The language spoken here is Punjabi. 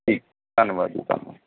ਠੀਕ ਧੰਨਵਾਦ ਜੀ ਧੰਨਵਾਦ